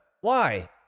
Why